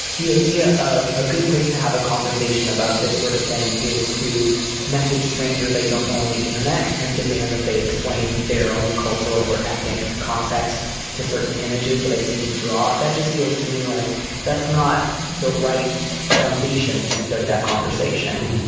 the idea of a good place to have a conversation about this sort of thing is to message strangers, i don't know on the internet and demand that they explain their own cultural or ethnic context to certain images that i've seen them draw. that just feels to me like that's not the right foundation to start that conversation.